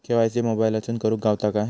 KYC मोबाईलातसून करुक गावता काय?